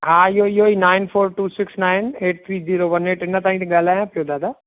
हा इहेई इहेई nine four two six nine eight three zero one eight इन तां ई ॻाल्हायां पियो दादा